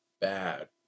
bad